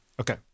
okay